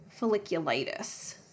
folliculitis